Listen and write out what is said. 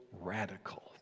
radical